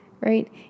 right